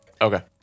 Okay